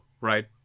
Right